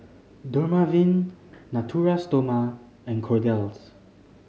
Dermaveen Natura Stoma and Kordel's